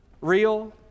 real